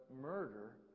murder